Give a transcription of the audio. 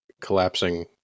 collapsing